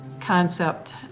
concept